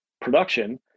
production